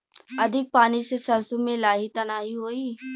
अधिक पानी से सरसो मे लाही त नाही होई?